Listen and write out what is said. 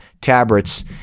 tabrets